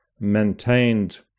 maintained